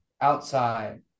outside